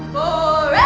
oh